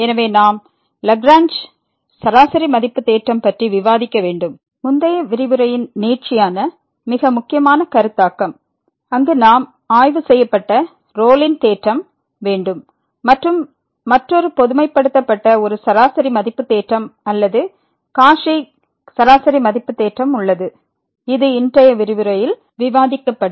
எனவே நாம் லாக்ரேஞ்ச் சராசரி மதிப்பு தேற்றம் பற்றி விவாதிக்க வேண்டும் முந்தைய விரிவுரையின் நீட்சியான மிக முக்கியமான கருத்தாக்கம் அங்கு நாம் ஆய்வு செய்யப்பட்ட ரோலின் தேற்றம் வேண்டும் மற்றும் மற்றொரு பொதுமைப்படுத்தப்பட்ட ஒரு சராசரி மதிப்பு தேற்றம் அல்லது காச்சி சராசரி மதிப்பு தேற்றம் உள்ளது இது இன்றைய விரிவுரையில் விவாதிக்கப்படும்